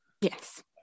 Yes